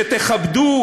שתכבדו,